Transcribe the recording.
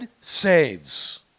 saves